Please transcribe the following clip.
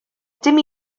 dim